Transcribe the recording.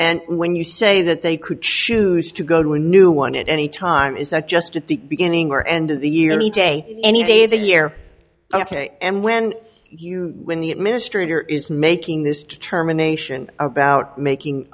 and when you say that they could choose to go to a new one at any time is that just at the beginning or end of the year e j any day the year ok and when you when the administrator is making this determination about making